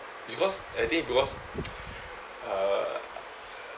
because I think because uh